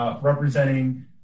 Representing